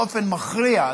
באופן מכריע,